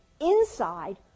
inside